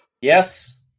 Yes